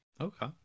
Okay